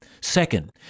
Second